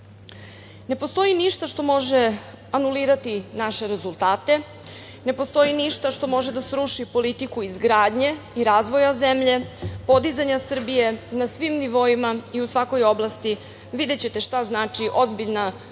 postoji ništa što može anulirati naše rezultate. Ne postoji ništa što može da sruši politiku izgradnje i razvoja zemlje, podizanja Srbije na svim nivoima i u svakoj oblasti. Videćete šta znači ozbiljna politička